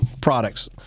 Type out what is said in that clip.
products